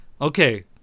okay